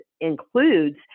includes